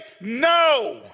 No